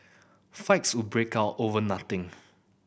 fights would break out over nothing